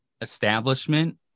establishment